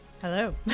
Hello